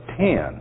ten